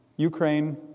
Ukraine